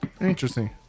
interesting